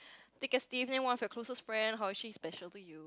thick as teeth name one of your closest friend how is she special to you